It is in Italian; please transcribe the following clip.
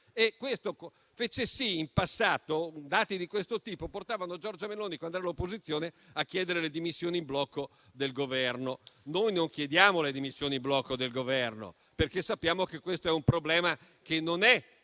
mentre in passato dati di questo tipo portavano Giorgia Meloni, quando era all'opposizione, a chiedere le dimissioni in blocco del Governo. Noi non chiediamo le dimissioni blocco del Governo, perché sappiamo che questo problema non è